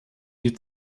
die